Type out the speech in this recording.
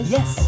Yes